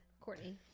Courtney